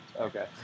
okay